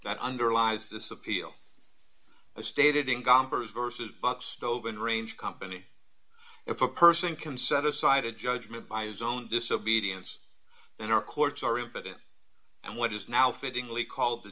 that underlies this appeal as stated in gompers vs but stove and range company if a person can set aside a judgement by his own disobedience then our courts are impotent and what is now fittingly called the